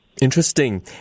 Interesting